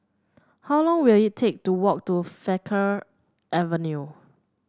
how long will it take to walk to Frankel Avenue